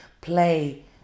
play